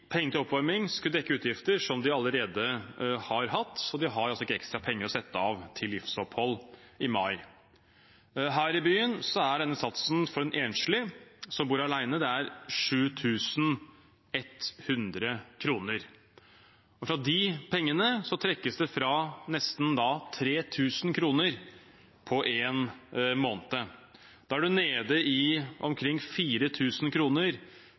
til oppvarming skulle dekke utgifter som de allerede har hatt, så de har altså ikke ekstra penger å sette av til livsopphold i mai. Her i byen er denne satsen for en enslig som bor alene, 7 100 kr. Fra de pengene trekkes det fra nesten 3 000 kr på én måned. Da er man nede i omkring